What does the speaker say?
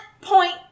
point